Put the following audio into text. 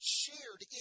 shared